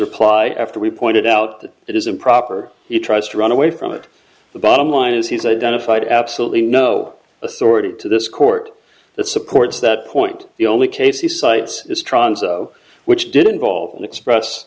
reply after we pointed out that it is improper he tries to run away from it the bottom line is he's identified absolutely no authority to this court that supports that point the only case he cites is trans which did involve an express